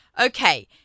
Okay